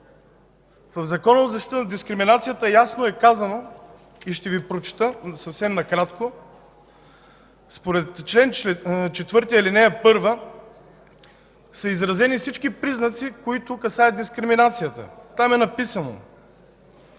В Закона за защита от дискриминация ясно е казано – и ще Ви прочета съвсем накратко: според чл. 4, ал. 1 са изразени всички признаци, които касаят дискриминацията. Там е написано: